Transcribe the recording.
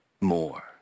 more